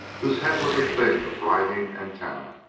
whose head was a thing of writhing antennae,